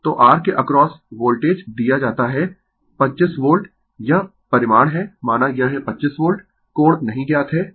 तो R के across voltage दिया जाता है 25 वोल्ट यह परिमाण है माना यह है 25 वोल्ट कोण नहीं ज्ञात है